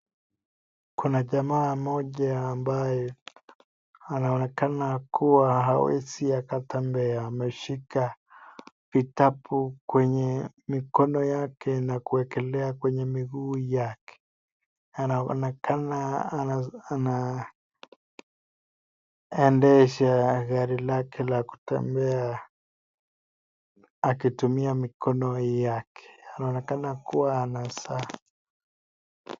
Kuna jamaa mmoja ambaye anaonekana kuwa hawezi akatembea. Ameshika vitabu kwenye mikono yake na kuekelea kwenye miguu yake. Anaonekana anaendesha gari lake la kutembea akitumia mikono yake. Anaonekana kwa ana saa.